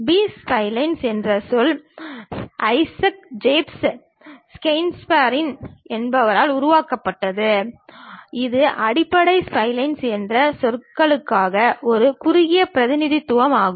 B spline என்ற சொல் Isaac Jacob ஸ்கொயன்பெர்க்கால் உருவாக்கப்பட்டது இது அடிப்படை ஸ்ப்லைன் என்று சொல்வதற்கான ஒரு குறுகிய பிரதிநிதித்துவம் ஆகும்